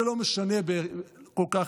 זה לא משנה כל כך,